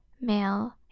male